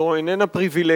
זו אינה פריווילגיה,